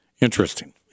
Interesting